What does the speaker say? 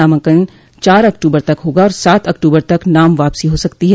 नामांकन चार अक्टूबर तक होगा और सात अक्टूबर तक नाम वापसी हो सकती है